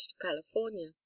California